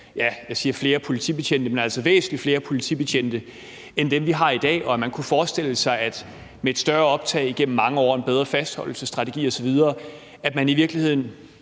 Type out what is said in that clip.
at uddanne flere politibetjente, altså væsentlig flere politibetjente, end vi har i dag, og kunne man med et større optag igennem mange år, en bedre fastholdelsesstrategi osv. i virkeligheden